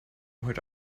heute